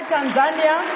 Tanzania